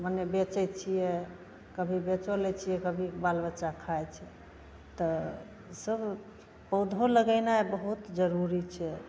मने बेचैत छियै कभी बेचो लै छियै कभी बालबच्चा खाइत छै तऽ ई सब पौधो लगैनाइ बहुत जरूरी छै